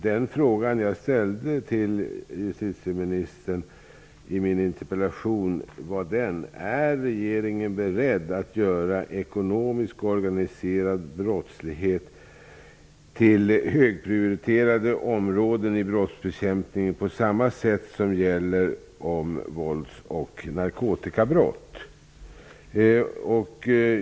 Den fråga jag ställde till justitieministern i min interpellation var denna: Är regeringen beredd att göra ekonomisk och organiserad brottslighet till högprioriterade områden i brottsbekämpningen på samma sätt som gäller i fråga om vålds och narkotikabrott?